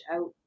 out